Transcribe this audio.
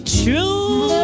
true